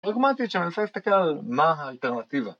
פרגמטית שאני מנסה להסתכל על מה האלטרנטיבה